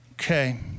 Okay